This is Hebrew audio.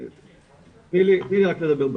תני לי רק לדבר,